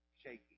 shaking